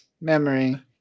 memory